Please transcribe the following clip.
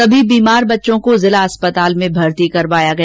सभी बीमार बच्चों को जिला अस्पताल में भर्ती करवाया गया